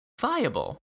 viable